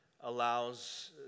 allows